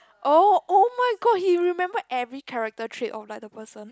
oh oh-my-god he remember every character trait of like the person